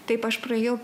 taip aš praėjau